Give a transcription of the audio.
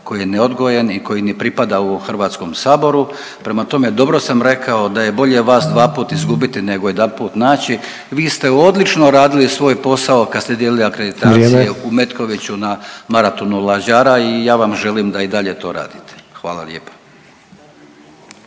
koji je neodgojen i koji ne pripada u HS-u, prema tome, dobro sam rekao da je bolje vas dvaput izgubiti nego jedanput naći, vi ste odlično radili svoj posao kad ste dijelili akreditacije .../Upadica: Vrijeme./... u Metkoviću na Maratonu lađara i ja vam želim da i dalje to radite. Hvala lijepa.